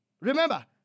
Remember